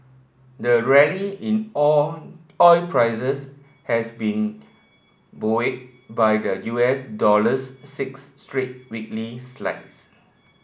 the rally in oil prices has been buoyed by the U S dollar's six straight weekly slides